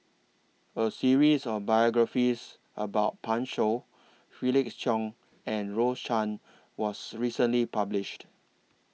A series of biographies about Pan Shou Felix Cheong and Rose Chan was recently published